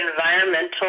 environmental